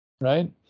right